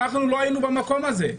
אנחנו לא היינו במקום הזה.